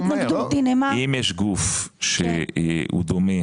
שאם יש גוף שהוא דומה